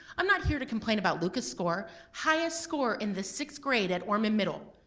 i'm not here to complain about luca's score. highest score in the sixth grade at orman middle,